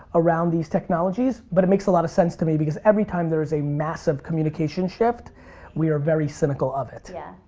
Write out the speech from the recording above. around these technologies but it makes a lot of sense to me because every time there is a massive communication shift we are very cynical of it. yeah.